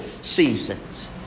seasons